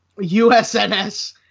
USNS